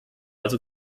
also